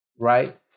right